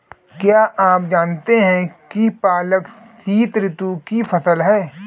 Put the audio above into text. क्या आप जानते है पालक शीतऋतु की फसल है?